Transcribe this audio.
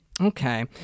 Okay